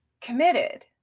committed